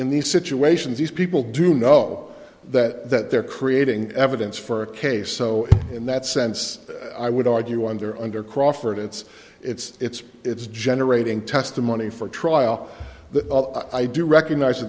in these situations these people do know that they're creating evidence for a case so in that sense i would argue under under crawford it's it's it's generating testimony for trial that i do recognize